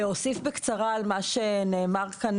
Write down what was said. להוסיף בקצרה על מה שנאמר כאן,